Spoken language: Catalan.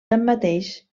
tanmateix